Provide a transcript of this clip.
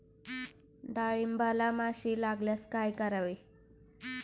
डाळींबाला माशी लागल्यास काय करावे?